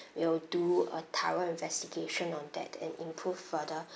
we'll do a thorough investigation on that and improve further